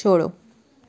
छोड़ो